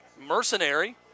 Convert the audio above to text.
mercenary